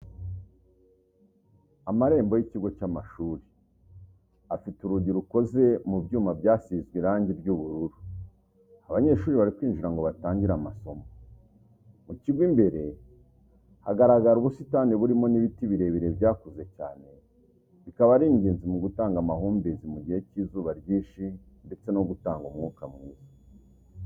Amarembo y'ikigo cy'amashuri afite urugi rukoze mu byuma byasizwe irangi ry'ubururu, abanyeshuri bari kwinjira ngo batangire amasomo, mu kigo imbere hagaragara ubusitani burimo n'ibiti birebire byakuze cyane, bikaba ari ingenzi mu gutanga amahumbezi mu gihe cy'izuba ryinshi ndetse no gutanga umwuka mwiza.